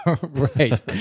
Right